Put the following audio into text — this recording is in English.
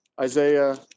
Isaiah